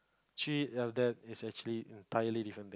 three of them is actually entirely different